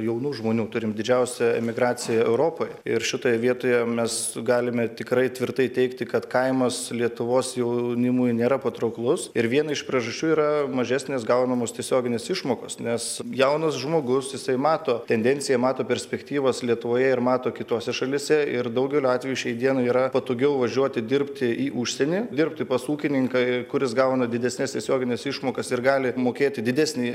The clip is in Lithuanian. jaunų žmonių turim didžiausią emigraciją europoje ir šitoje vietoje mes galime tikrai tvirtai teigti kad kaimas lietuvos jaunimui nėra patrauklus ir viena iš priežasčių yra mažesnės gaunamos tiesioginės išmokos nes jaunas žmogus jisai mato tendenciją mato perspektyvas lietuvoje ir mato kitose šalyse ir daugeliu atvejų šiai dienai yra patogiau važiuoti dirbti į užsienį dirbti pas ūkininką kuris gauna didesnes tiesiogines išmokas ir gali mokėti didesnį